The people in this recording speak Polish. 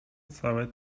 całe